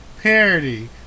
parody